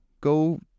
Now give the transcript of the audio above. go